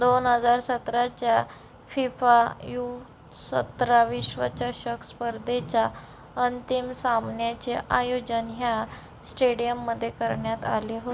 दोन हजार सतराच्या फिफा यु सतरा विश्वचषक स्पर्धेच्या अंतिम सामन्याचे आयोजन ह्या स्टेडियममध्ये करण्यात आले होते